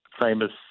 famous